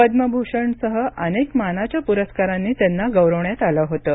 पद्मभूषणसह अनेक मानाच्या पुरस्कारांनी त्यांना गौरवण्यात आलं होतं